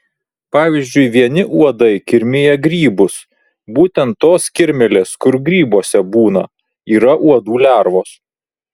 pavyzdžiui vieni uodai kirmija grybus būtent tos kirmėlės kur grybuose būna yra uodų lervos